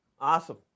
Awesome